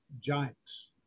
giants